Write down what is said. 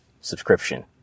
subscription